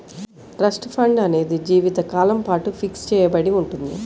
trust fund అనేది జీవితకాలం పాటు ఫిక్స్ చెయ్యబడి ఉంటుంది